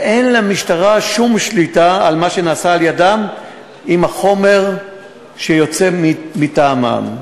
ואין למשטרה שום שליטה על מה שנעשה על-ידם עם החומר שיוצא מטעמם.